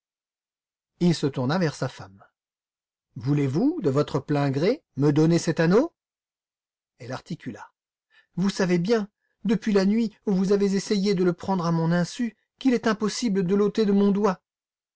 il se tourna vers sa femme voulez-vous de votre plein gré me donner cet anneau elle articula vous savez bien depuis la nuit où vous avez essayé de le prendre à mon insu qu'il est impossible de l'ôter de mon doigt